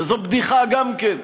שזאת בדיחה גם כן,